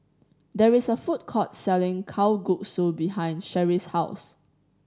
there is a food court selling Kalguksu behind Sherrie's house